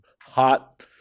Hot